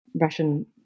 Russian